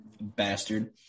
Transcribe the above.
bastard